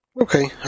Okay